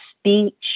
speech